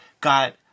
got